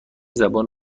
زبان